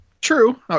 True